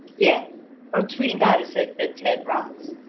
yeah um tweeting goddess said ted rocks!